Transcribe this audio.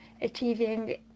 achieving